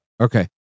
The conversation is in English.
Okay